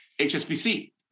HSBC